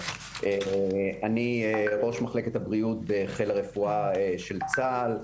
אני ראש מחלקת הבריאות בחיל הרפואה של צה"ל.